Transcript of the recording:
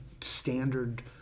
standard